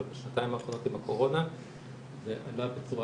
אבל בשנתיים האחרונות עם הקורונה זה עלה בצורה